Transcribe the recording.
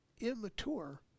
immature